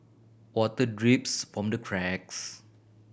water drips from the cracks